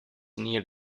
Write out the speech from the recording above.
near